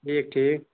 ٹھیٖک ٹھیٖک